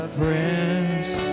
prince